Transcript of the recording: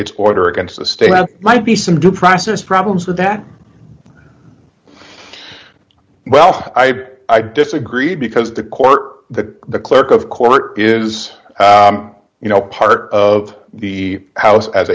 its order against the state that might be some due process problems with that well i i disagree because the court the clerk of court is you know part of the house as